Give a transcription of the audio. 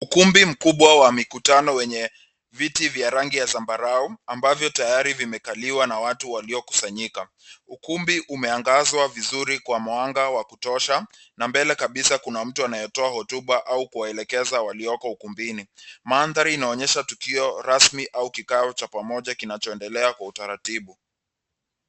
Ukumbi mkubwa wa mikutano au tamasha, uliojaa watu wengi. Viti vyekundu vilivyopangwa kwa safu za nusu-duara vinajaza sehemu kubwa ya ukumbi. Watu wengi wamekaa kwenye viti, wakiangalia jukwaa ambalo linaonekana upande wa kulia wa picha.